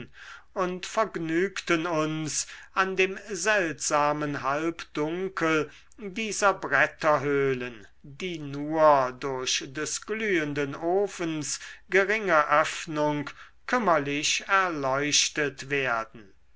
und vergnügten uns an dem seltsamen halbdunkel dieser bretterhöhlen die nur durch des glühenden ofens geringe öffnung kümmerlich erleuchtet werden